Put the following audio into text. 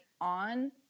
on